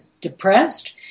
depressed